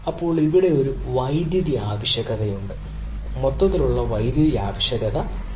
ഇപ്പോൾ ഇവിടെ ഒരു വൈദ്യുതി ആവശ്യകതയുണ്ട് മൊത്തത്തിലുള്ള വൈദ്യുതി ആവശ്യകത ഇവിടെയുണ്ട്